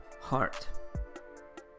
heart